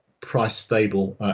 price-stable